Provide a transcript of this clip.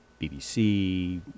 BBC